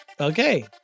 okay